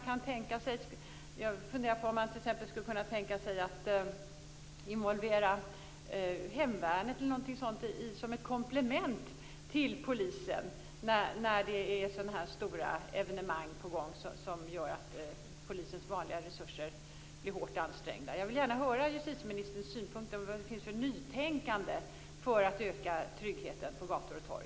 Jag funderar på om man t.ex. skulle kunna tänka sig att involvera hemvärnet som ett komplement till polisen när det är stora evenemang på gång som gör att polisens vanliga resurser blir hårt ansträngda. Jag vill gärna höra justitieministerns synpunkter på vad det finns för nytänkande när det gäller att öka tryggheten på gator och torg.